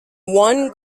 one